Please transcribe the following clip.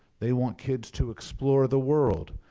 they want kids to explore the world.